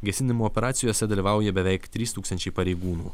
gesinimo operacijose dalyvauja beveik trys tūkstančiai pareigūnų